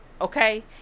okay